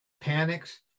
panics